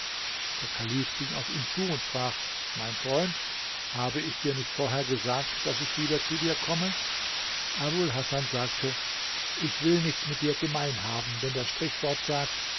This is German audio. der kalif ging auf ihn zu und sprach mein freund habe ich dir nicht vorher gesagt daß ich wieder zu dir komme abul hasan sagte ich will nichts mit dir gemein haben denn das sprichwort sagt